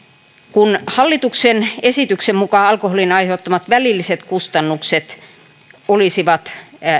kun hallituksen esityksen mukaan alkoholin aiheuttamat välilliset kustannukset olisivat